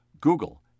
Google